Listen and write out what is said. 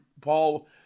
Paul